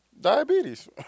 Diabetes